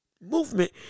movement